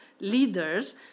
leaders